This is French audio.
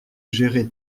gérer